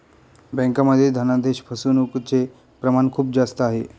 बँकांमध्ये धनादेश फसवणूकचे प्रमाण खूप जास्त आहे